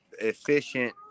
efficient